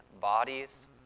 bodies